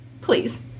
Please